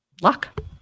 luck